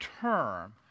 term